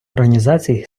організацій